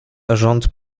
rząd